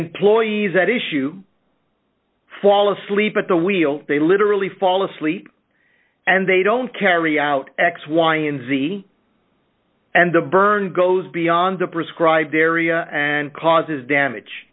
employees at issue fall asleep at the wheel they literally fall asleep and they don't carry out x y and z and the burn goes beyond the prescribed area and causes damage